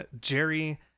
Jerry